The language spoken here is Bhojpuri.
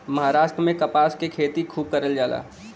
महाराष्ट्र में कपास के खेती खूब करल जाला